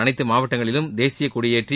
அனைத்து மாவட்டங்களிலும் தேசிய கொடியேற்றி